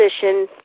position